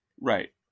Right